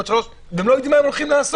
ולא יודעים מה עושים.